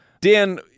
Dan